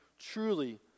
truly